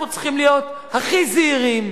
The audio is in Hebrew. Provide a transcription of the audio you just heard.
אנחנו צריכים להיות הכי זהירים,